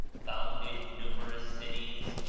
founded numerous cities,